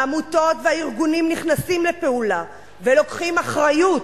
העמותות והארגונים נכנסים לפעולה ולוקחים אחריות,